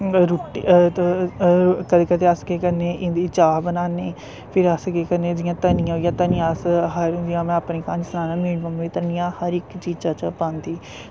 रुट्टी कदें कदें अस केह् करने इं'दी चाह् बनाने फिर अस केह् करने जि'यां धनियां होई गेआ धनियां अस जि'यां में अपनी क्हानी सनाना मेरी मम्मी धनियां हर इक चीजै च पांदी